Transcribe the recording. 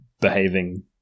behaving